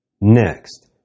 Next